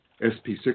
SP6